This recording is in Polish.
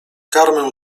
karmę